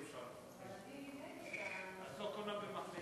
גברתי השרה, את תוכלי אחרי